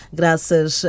graças